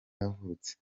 yavutse